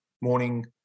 morning